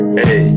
hey